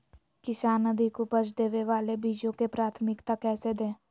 किसान अधिक उपज देवे वाले बीजों के प्राथमिकता कैसे दे?